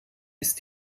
ist